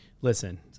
listen